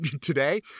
today